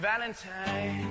Valentine